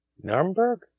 Nuremberg